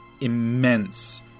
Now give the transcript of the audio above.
immense